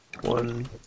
one